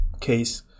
case